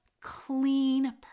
clean